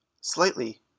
Slightly